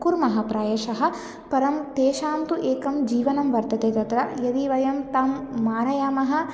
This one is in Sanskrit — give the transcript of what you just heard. कुर्मः प्रायशः परं तेषां तु एकं जीवनं वर्तते तत्र यदि वयं तं मारयामः